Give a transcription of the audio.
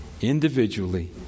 individually